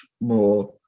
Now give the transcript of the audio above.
more